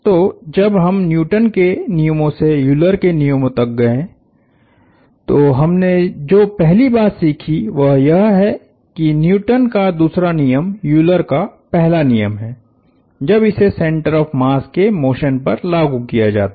तो जब हम न्यूटन के नियमों से यूलर के नियमों तक गए तो हमने जो पहली बात सीखी वह यह है कि न्यूटन का दूसरा नियम यूलर का पहला नियम है जब इसे सेंटर ऑफ़ मास के मोशन पर लागू किया जाता है